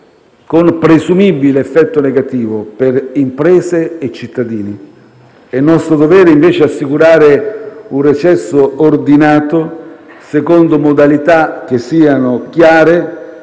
con presumibile effetto negativo per imprese e cittadini. È invece nostro dovere assicurare un recesso ordinato, seconda modalità che siano chiare